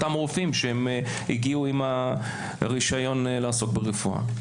אותם רופאים שהגיעו עם רשיון לעסוק ברפואה.